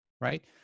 right